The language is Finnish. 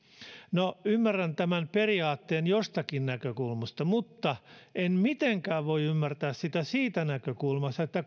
no ymmärrän tämän periaatteen jostakin näkökulmasta mutta en mitenkään voi ymmärtää sitä siitä näkökulmasta että